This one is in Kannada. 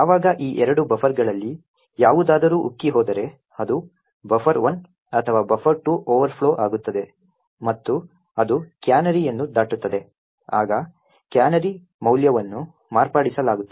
ಯಾವಾಗ ಈ ಎರಡು ಬಫರ್ಗಳಲ್ಲಿ ಯಾವುದಾದರೂ ಉಕ್ಕಿಹೋದರೆ ಅದು buffer1 ಅಥವಾ buffer2 ಓವರ್ಫ್ಲೋ ಆಗುತ್ತದೆ ಮತ್ತು ಅದು ಕ್ಯಾನರಿಯನ್ನು ದಾಟುತ್ತದೆ ಆಗ ಕ್ಯಾನರಿ ಮೌಲ್ಯವನ್ನು ಮಾರ್ಪಡಿಸಲಾಗುತ್ತದೆ